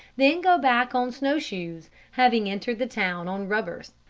then go back on snow-shoes, having entered the town on rubbers,